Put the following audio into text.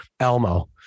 Elmo